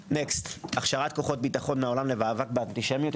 הכשרת כוחות ביטחון מהעולם למאבק באנטישמיות.